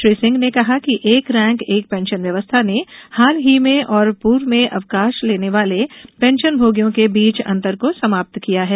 श्री सिंह ने कहा कि एक रैंक एक पेंशन व्यवस्था ने हाल ही में और पूर्व में अवकाश लेने वाले पेंशन भोगियों के बीच अंतर को समाप्त किया है